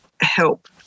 help